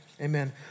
amen